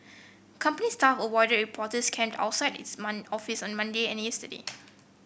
company staff avoided reporters camped outside its man office on Monday and yesterday